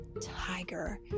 Tiger